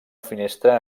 finestra